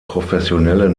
professionelle